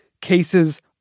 cases